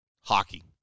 hockey